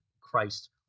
Christ